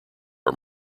are